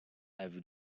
have